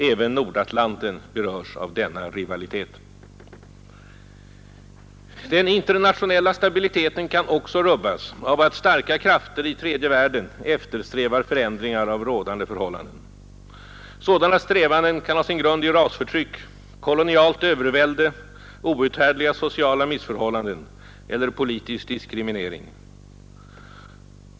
Även Nordatlanten berörs av denna rivalitet. Den internationella stabiliteten kan också rubbas av att starka krafter i tredje världen eftersträvar förändringar av rådande förhållanden. Sådana strävanden kan ha sin grund i rasförtryck, kolonialt övervälde, outhärdliga sociala missförhållanden eller politisk diskriminering.